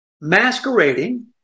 masquerading